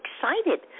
excited